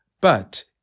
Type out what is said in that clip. But